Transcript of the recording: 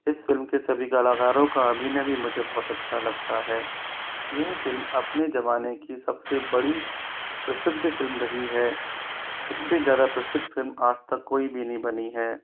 इस फ़िल्म के सभी कलाकारों का अभिनय भी मुझे बहुत अच्छा लगता है यह फ़िल्म अपने ज़माने की सबसे बड़ी प्रसिद्ध फ़िल्म रही है इससे ज़्यादा प्रसिद्ध फ़िल्म आज तक कोई भी नहीं बनी है